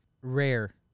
rare